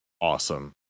awesome